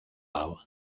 alt